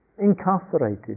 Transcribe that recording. incarcerated